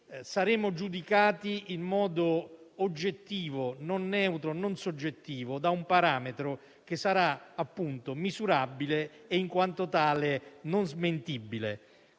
Saremo giudicati in modo oggettivo, neutro e non soggettivo, da un parametro che sarà appunto misurabile e in quanto tale non smentibile.